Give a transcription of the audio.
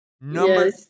Number